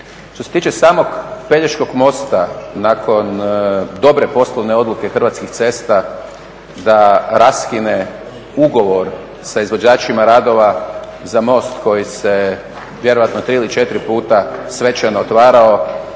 Što se tiče samog Pelješkog mosta, nakon dobre poslovne odluke Hrvatskih cesta da raskine ugovor sa izvođačima radova za most koji se vjerojatno tri ili četiri puta svečano otvarao,